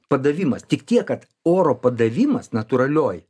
padavimas tik tiek kad oro padavimas natūralioj